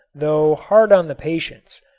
though hard on the patients,